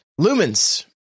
Lumens